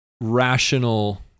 rational